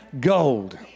gold